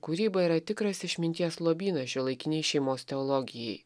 kūryba yra tikras išminties lobynas šiuolaikinei šeimos teologijai